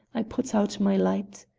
i put out my light.